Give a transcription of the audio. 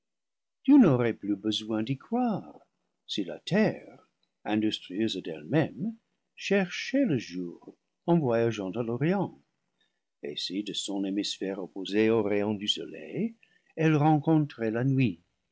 tu n'aurais plus besoin d'y croire si la terre industrieuse d'elle-même cherchait le jour en voyageant à l'orient et si de son hémisphère opposé au rayon du soleil elle rencontrait la nuit